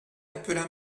appela